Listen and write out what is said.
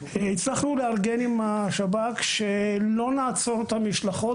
הצלחנו לארגן עם השב"כ כך שלא נעצור את המשלחות